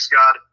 god